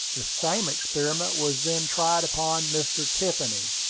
the same experiment was then tried upon mr. tiffany,